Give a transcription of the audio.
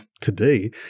today